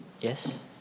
Yes